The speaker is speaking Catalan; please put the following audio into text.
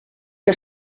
que